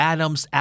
Adam's